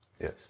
yes